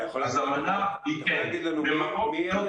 אמנה היא דרך.